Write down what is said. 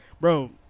Bro